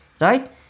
Right